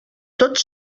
tots